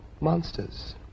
monsters